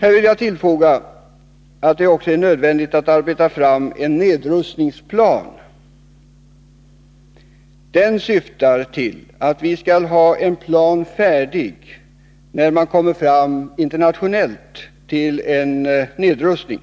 Här vill jag tillfoga, att det också är nödvändigt att arbeta fram en nedrustningsplan. Detta arbete syftar till att vi skall ha en plan färdig när man internationellt kommer fram till en nedrustning.